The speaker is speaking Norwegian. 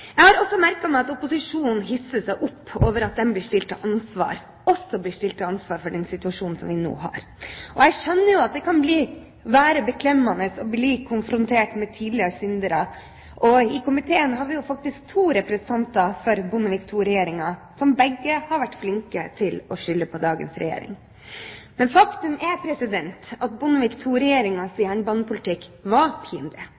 Jeg har også merket meg at opposisjonen hisser seg opp over at den også blir stilt til ansvar for den situasjonen som vi nå har. Jeg skjønner at det kan være beklemmende å bli konfrontert med tidligere synder – og i komiteen har vi faktisk to representanter for Bondevik II-regjeringen, som begge har vært flinke til å skylde på dagens regjering. Men faktum er at Bondevik II-regjeringens jernbanepolitikk var pinlig.